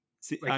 See